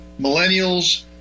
millennials